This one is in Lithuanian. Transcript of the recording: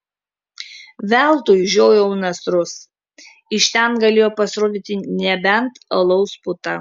veltui žiojau nasrus iš ten galėjo pasirodyti nebent alaus puta